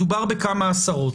מדובר בכמה עשרות.